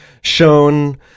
shown